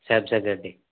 Samsung అండి